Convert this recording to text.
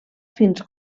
fins